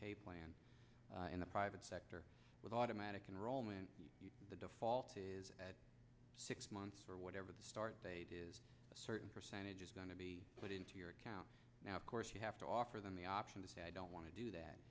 k plan in the private sector with automatic enrollment the default is six months or whatever the start date is a certain percentage is going to be put into your account now of course you have to offer them the option to say i don't want to do that